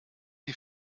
die